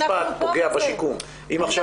הליך שימשיך להתנהל בבית המשפט פוגע בשיקום אם עכשיו